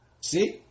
See